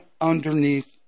underneath